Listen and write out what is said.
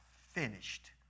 finished